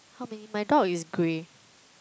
how many my dog is grey